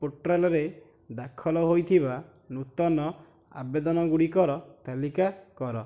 ପୋର୍ଟାଲରେ ଦାଖଲ ହୋଇଥିବା ନୂତନ ଆବେଦନଗୁଡ଼ିକର ତାଲିକା କର